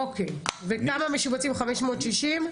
אוקי וכמה משובצים 560?